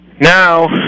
Now